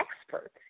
expert